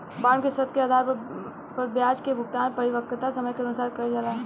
bond के शर्त के आधार पर ब्याज के भुगतान परिपक्वता समय के अनुसार कईल जाला